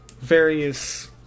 various